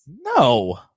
No